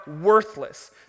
worthless